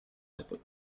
ipod